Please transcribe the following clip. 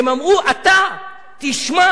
הם אמרו: אתה תשמע.